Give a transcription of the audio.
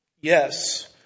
Yes